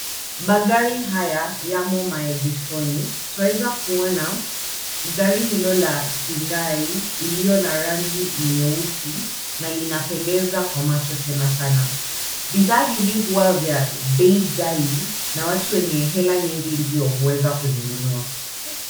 Magari haya yamo maegeshoni, twaweza kuona gari hilo la Hyundai iliyo na rangi nyeusi na linapendeza kwa macho tena sana. Bidhaa hivi huwa vya bei ghali na watu wenye hela nyingi ndio huweza kuzinunua.